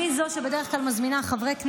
אני זאת שבדרך כלל מזמינה חברי כנסת,